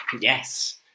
yes